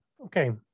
Okay